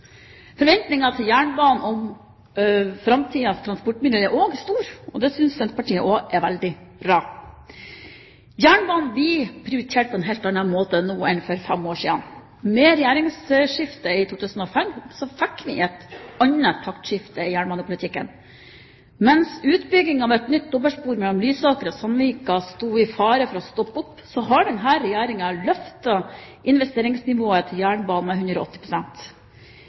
Forventingene til jernbanen som framtidens transportmiddel er også store, og det synes Senterpartiet er veldig bra. Jernbanen blir prioritert på en helt annen måte nå enn for fem år siden. Med regjeringsskiftet i 2005 fikk vi et taktskifte i jernbanepolitikken. Mens utbyggingen av nytt dobbeltspor mellom Lysaker og Sandvika sto i fare for å stoppe opp, har denne regjeringen løftet investeringsnivået til jernbanen med